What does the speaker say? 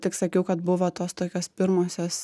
tik sakiau kad buvo tos tokios pirmosios